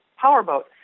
powerboat